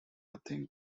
nothing